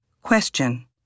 Question